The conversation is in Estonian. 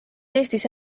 eestis